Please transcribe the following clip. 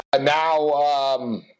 now